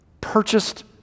purchased